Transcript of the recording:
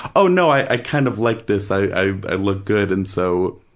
oh, no, i kind of like this, i i look good, and so,